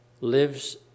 lives